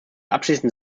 abschließend